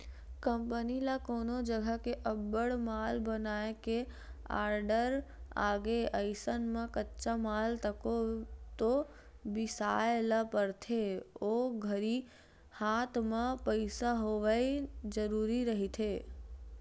company ल कोनो जघा ले अब्बड़ माल बनाए के आरडर आगे अइसन म कच्चा माल तको तो बिसाय ल परथे ओ घरी हात म पइसा होवई जरुरी रहिथे